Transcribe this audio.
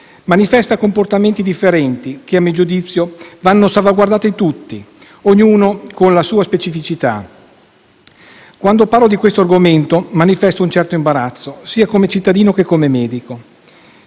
manifesta comportamenti differenti che, a mio giudizio, vanno salvaguardati tutti, ognuno con la sua specificità. Quando parlo di questo argomento, manifesto un certo imbarazzo, sia come cittadino che come medico.